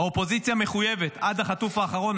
האופוזיציה מחויבת עד החטוף האחרון.